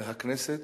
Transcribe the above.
הכנסת